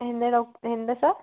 എന്താ ഡോക്ടറേ എന്താ സാർ